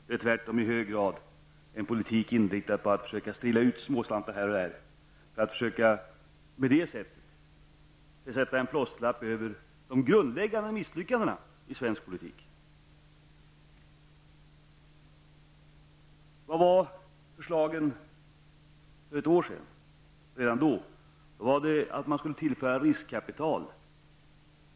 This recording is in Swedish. Det är tvärtom i hög grad en politik inriktad på att spilla ut småslantar här och där för att på så sätt försöka sätta en plåsterlapp över de grundläggande misslyckandena i svensk politik. Vilka var förslagen för ett år sedan? Redan då gick de ut på att man skulle tillföra riskkapital.